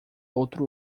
outro